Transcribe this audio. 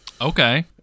Okay